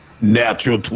Natural